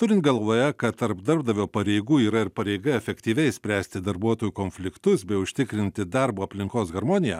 turint galvoje kad tarp darbdavio pareigų yra ir pareiga efektyviai spręsti darbuotojų konfliktus bei užtikrinti darbo aplinkos harmoniją